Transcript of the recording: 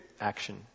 action